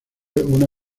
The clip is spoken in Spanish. una